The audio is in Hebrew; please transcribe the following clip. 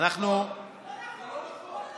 זה לא נכון.